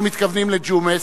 אנחנו מתכוונים לג'ומס,